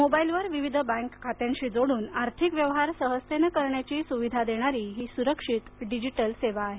mobile वर विविध bank खात्यांशी जोडून आर्थिक व्यवहार सहजतेनं करण्याची सुविधा देणारी ही सुरक्षित डिजिटल सेवा आहे